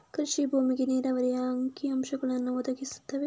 ಕೃಷಿ ಭೂಮಿಗೆ ನೀರಾವರಿಯ ಅಂಕಿ ಅಂಶಗಳನ್ನು ಒದಗಿಸುತ್ತದೆ